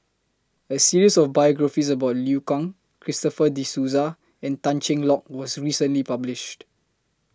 A series of biographies about Liu Kang Christopher De Souza and Tan Cheng Lock was recently published